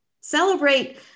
celebrate